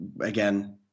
again